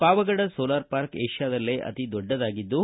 Pavagada solar park ಏಷ್ಯಾದಲ್ಲೆ ಅತಿ ದೊಡ್ಡದಾಗಿದ್ದು